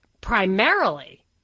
primarily